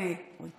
כן, אורית.